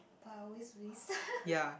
but I always waste